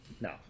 No